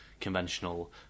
conventional